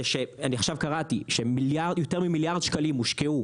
אני עכשיו קראתי שיותר ממיליארד שקלים הושקעו